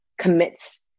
commits